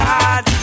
God